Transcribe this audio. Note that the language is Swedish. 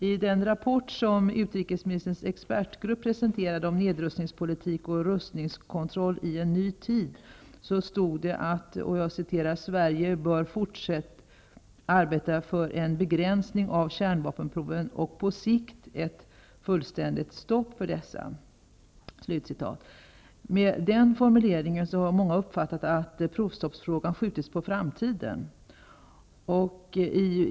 I den rapport som utrikesministerns expertgrupp presenterade om nedrustningspolitik och rustningskontroll i en ny tid stod det att ''Sverige bör fortsatt arbeta för en begränsning av kärnvapenproven och på sikt ett fullständigt stopp för dessa.'' Med den formuleringen har många uppfattat att provstoppsfrågan har skjutits på framtiden.